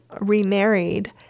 remarried